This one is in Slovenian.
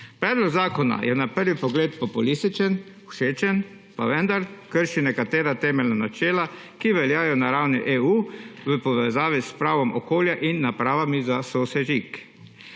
Predlog zakona je na prvi pogled populističen, všečen, pa vendar krši nekatera temeljna načela, ki veljajo na ravni EU v povezavi s pravom okolja in napravami za sosežig.